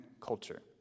culture